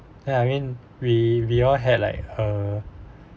then I mean we we all had like a